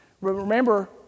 Remember